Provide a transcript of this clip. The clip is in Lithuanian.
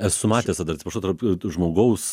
esu matęs dar atsiprašau tarp žmogaus